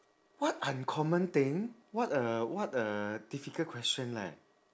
what uncommon thing what a what a difficult question leh